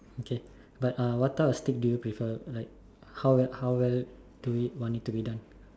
okay but what type of steak do you prefer like how well how well do you want it to be done